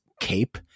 Cape